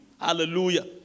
Hallelujah